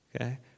okay